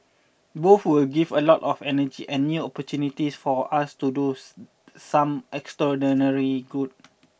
both will give a lot of energy and new opportunity for us to do some extraordinary good